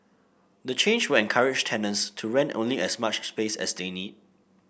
the change will encourage tenants to rent only as much space as they need